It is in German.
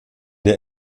der